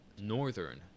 northern